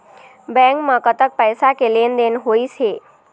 Bank म कतक पैसा के लेन देन होइस हे?